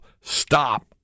stop